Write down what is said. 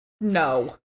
No